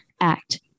act